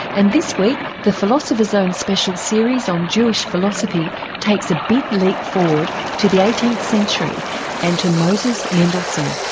and this week the philosopher's zone's special series on jewish philosophy takes a big leap forward to the eighteenth century and to moses mendelssohn.